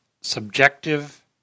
subjective